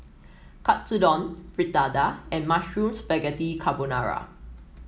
Katsudon Fritada and Mushroom Spaghetti Carbonara